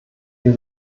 wir